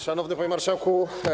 Szanowny Panie Marszałku!